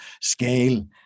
scale